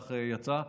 כך יצא.